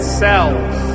cells